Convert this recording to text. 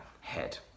head